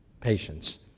patients